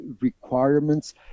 requirements